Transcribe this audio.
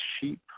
sheep